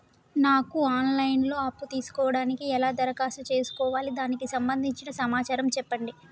నాకు online లో అప్పు తీసుకోవడానికి ఎలా దరఖాస్తు చేసుకోవాలి దానికి సంబంధించిన సమాచారం చెప్పండి?